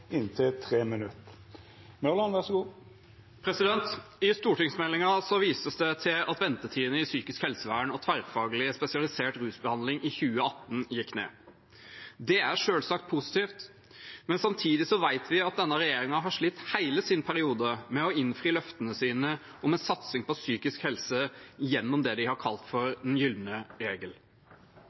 til at ventetiden i psykisk helsevern og tverrfaglig spesialisert rusbehandling i 2018 gikk ned. Det er selvsagt positivt, men samtidig vet vi at denne regjeringen har slitt hele sin periode med å innfri løftene sine om en satsing på psykisk helse gjennom det de har kalt for den gylne regel.